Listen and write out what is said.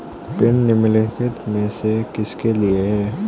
Pin निम्नलिखित में से किसके लिए है?